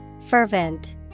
Fervent